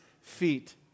feet